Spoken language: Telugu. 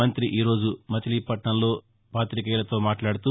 మంఁతి ఈ రోజు మచిలీపట్నంలో పాతికేయులతో మాట్లాడుతూ